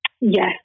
Yes